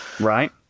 Right